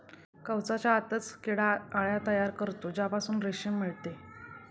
कवचाच्या आतच हा किडा अळ्या तयार करतो ज्यापासून रेशीम मिळते